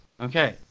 Okay